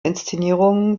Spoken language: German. inszenierungen